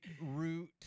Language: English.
Root